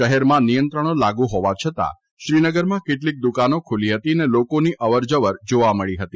શહેરમાં નિયંત્રણ લાગુ હોવા છતાં શ્રીનગરમાં કેટલીક દુકાનો ખુલ્લી હતી અને લોકોની અવર જવર જાવા મળી હતી